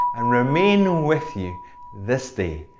and remain with you this day,